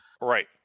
right